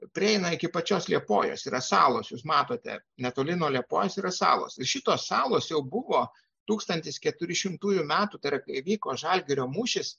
prieina iki pačios liepojos yra salos jūs matote netoli nuo liepojos yra salos šitos salos jau buvo tūkstantis keturių šimtųjų metų tada kai vyko žalgirio mūšis